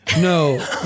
no